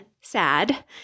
SAD